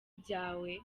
byawe